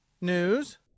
News